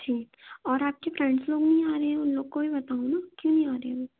ठीक और आपके फ्रेंड्स लोग नहीं आ रहे हैं उन लोगों को भी बताओ न क्यों नहीं आ रहे हैं वो